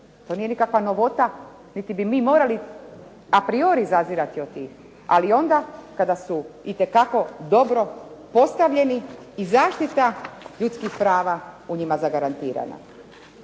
to nije nikakva novota niti bi mi morali apriori zazirati od tih, ali onda kada su itekako dobro postavljeni i zaštita ljudskih prava u njima zagarantirana.